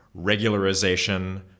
regularization